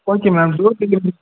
okay ma'am door delivery